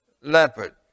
leopard